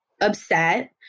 upset